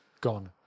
gone